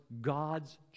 God's